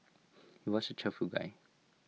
he was A cheerful guy